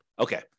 Okay